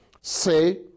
say